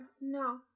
no